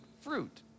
fruit